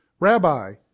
Rabbi